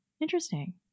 Interesting